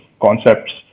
concepts